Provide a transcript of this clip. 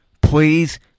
please